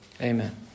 Amen